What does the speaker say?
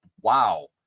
wow